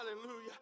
Hallelujah